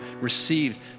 received